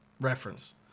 reference